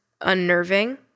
unnerving